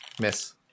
Miss